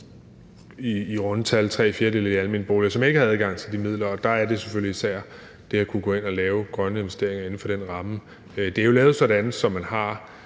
i runde tal cirka tre fjerdedele af de almene boliger, som ikke har adgang til de midler, og der er det selvfølgelig især det at kunne gå ind at lave grønne investeringer inden for den ramme. Det er jo lavet sådan, at man har